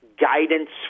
guidance